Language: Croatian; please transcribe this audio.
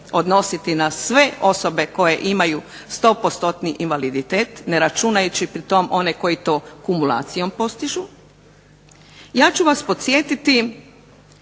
odnositi na sve osobe koje imaju 100%-ni invaliditet ne računajući pri tome one koji to kumulacijom postižu ja ću vas podsjetiti